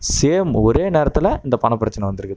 same ஒரே நேரத்தில் இந்த பண பிரச்சனை வந்திருக்குது